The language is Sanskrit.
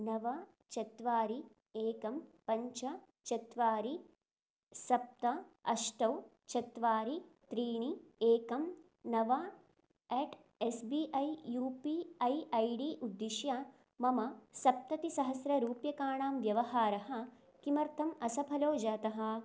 नव चत्वारि एकं पञ्च चत्वारि सप्त अष्टौ चत्वारि त्रीणि एकं नव at S B I U P I I D उद्दिश्य मम सप्ततिसहस्ररूप्यकाणां व्यवहारः किमर्थम् असफलो जातः